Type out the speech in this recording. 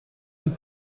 und